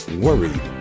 worried